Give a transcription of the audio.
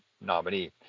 nominee